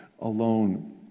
alone